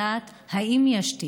כדי לדעת אם יש תיק.